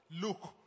look